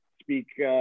speak